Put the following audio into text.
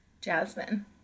Jasmine